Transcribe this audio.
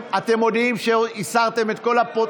אתם מודיעים שהסרתם את הכול?